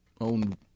own